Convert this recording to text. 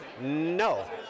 No